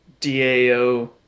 DAO